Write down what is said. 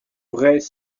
vrais